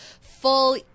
full